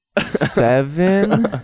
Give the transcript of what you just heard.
seven